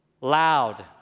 Loud